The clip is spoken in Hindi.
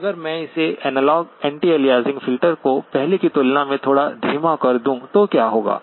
अब अगर मैं अपने एनालॉग एंटी अलियासिंग फिल्टर को पहले की तुलना में थोड़ा धीमा कर दूं तो क्या होगा